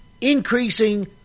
increasing